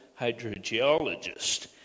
hydrogeologist